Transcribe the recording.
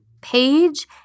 page